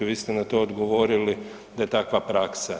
Vi ste na to odgovorili da je takva praksa.